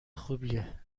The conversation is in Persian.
خوبیه